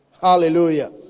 Hallelujah